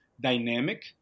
dynamic